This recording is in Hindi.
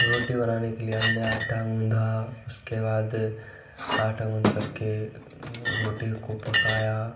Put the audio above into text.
रोटी बनाने के लिए हमने आटा गूंथा उसके बाद आटा गूंथ करके रोटी को पकाया